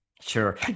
Sure